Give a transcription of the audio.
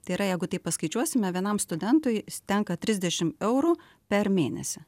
tai yra jeigu taip paskaičiuosime vienam studentui tenka trisdešim eurų per mėnesį